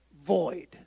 void